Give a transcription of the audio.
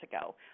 ago